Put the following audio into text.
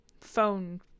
phone